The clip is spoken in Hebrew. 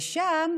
ושם